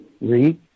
read